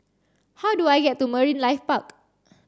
how do I get to Marine Life Park